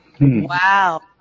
Wow